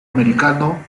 americano